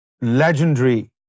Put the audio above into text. legendary